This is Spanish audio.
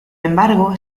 embargo